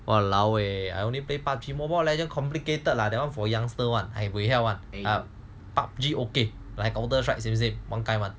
!walaoeh! I only play PUBG mobile legend complicated lah that one for youngsters [one] I buayhiao [one] PUBG okay like counter strike one kind [one]